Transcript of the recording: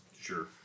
Sure